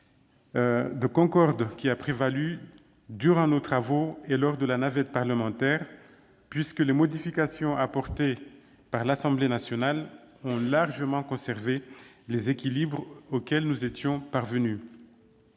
de concorde qui a prévalu durant nos travaux et lors de la navette parlementaire, puisque les modifications apportées par l'Assemblée nationale ont largement conservé les équilibres auxquels nous étions parvenus.